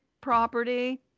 property